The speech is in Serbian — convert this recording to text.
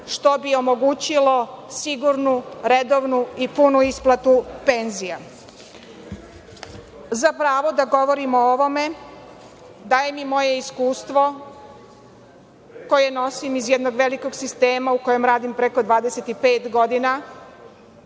što bi omogućilo sigurnu, redovnu i punu isplatu penzija.Za pravo da govorim o ovome daje mi moje iskustvo koje nosim iz jednog velikog sistema, a u kojem radim preko 25 godina.